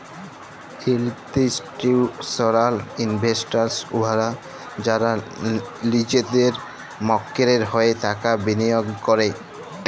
institutional investors উয়ারা যারা লিজেদের মক্কেলের হঁয়ে টাকা বিলিয়গ ক্যরে